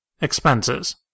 Expenses